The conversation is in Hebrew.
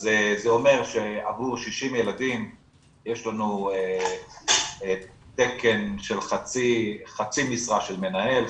זה אומר שעבור 60 ילדים יש לנו תקן של חצי משרה של מנהל,